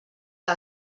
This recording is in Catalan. que